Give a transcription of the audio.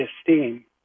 esteem